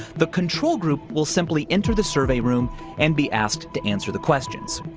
the control group will simply enter the survey room and be asked to answer the questions.